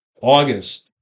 August